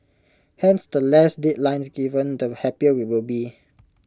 hence the less deadlines given the happier we will be